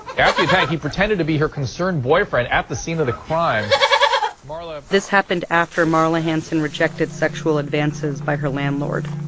after the attack, he pretended to be her concerned boyfriend at the scene of the crime this happened after marla hanson rejected sexual advances by her landlord.